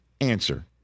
answer